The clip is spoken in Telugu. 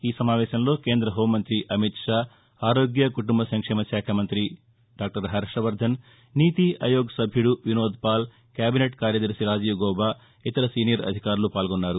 ఈ సమావేశంలో కేంద్ర హోం మంతి అమిత్షా ఆరోగ్య కుటుంబ సంక్షేమశాఖ మంతి హర్వవర్గన్ నీతి ఆయోగ్ సభ్యుడు వినోద్పాల్ కేబినెట్ కార్యదర్గి రాజీవ్ గౌబా ఇతర సీనియర్ అధికారులు పాల్గొన్నారు